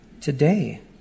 today